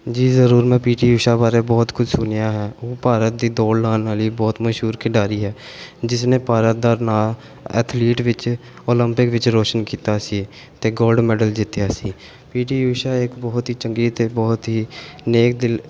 ਜੀ ਜ਼ਰੂਰ ਮੈਂ ਪੀਟੀ ਊਸ਼ਾ ਬਾਰੇ ਬਹੁਤ ਕੁਛ ਸੁਣਿਆ ਹੈ ਉਹ ਭਾਰਤ ਦੀ ਦੌੜ ਲਾਉਣ ਵਾਲੀ ਬਹੁਤ ਮਸ਼ਹੂਰ ਖਿਡਾਰੀ ਹੈ ਜਿਸ ਨੇ ਭਾਰਤ ਦਾ ਨਾਂ ਐਥਲੀਟ ਵਿੱਚ ਓਲੰਪਿਕ ਵਿੱਚ ਰੋਸ਼ਨ ਕੀਤਾ ਸੀ ਅਤੇ ਗੋਲਡ ਮੈਡਲ ਜਿੱਤਿਆ ਸੀ ਪੀਟੀ ਊਸ਼ਾ ਇੱਕ ਬਹੁਤ ਹੀ ਚੰਗੀ ਅਤੇ ਬਹੁਤ ਹੀ ਨੇਕ ਦਿਲ